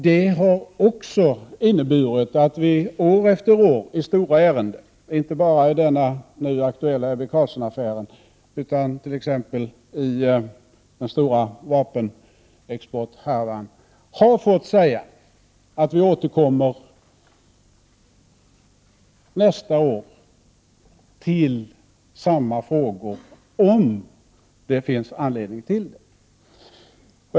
Det har också inneburit att vi år efter år i stora ärenden, inte bara i den aktuella Ebbe Carlsson-affären utan t.ex. i den stora vapenexporthärvan, har fått säga att vi återkommer nästa år till samma frågor, om det finns anledning till det.